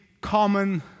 common